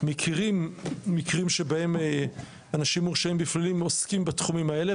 אנחנו מכירים מקרים בהם אנשים מורשעים בפלילים עוסקים בתחומים האלה,